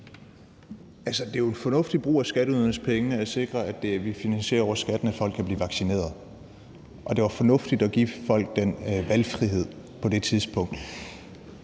Det er jo en fornuftig brug af skatteydernes penge at sikre, at vi finansierer over skatten, at folk kan blive vaccineret, og det var fornuftigt at give folk den valgfrihed på det tidspunkt.